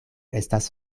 estas